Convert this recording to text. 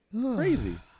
Crazy